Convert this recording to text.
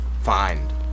find